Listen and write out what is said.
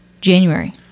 January